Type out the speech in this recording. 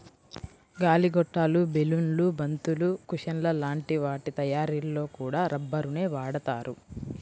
గాలి గొట్టాలు, బెలూన్లు, బంతులు, కుషన్ల లాంటి వాటి తయ్యారీలో కూడా రబ్బరునే వాడతారు